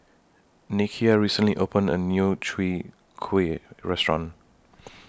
Nikia recently opened A New Chwee Kueh Restaurant